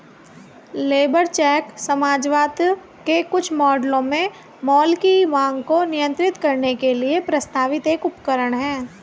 labour check समाजवाद के कुछ मॉडलों में माल की मांग को नियंत्रित करने के लिए प्रस्तावित एक उपकरण है